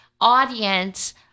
audience